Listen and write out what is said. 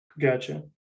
Gotcha